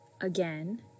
Again